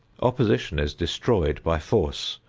opposition is destroyed by force,